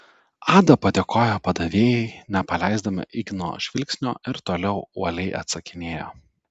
ada padėkojo padavėjai nepaleisdama igno žvilgsnio ir toliau uoliai atsakinėjo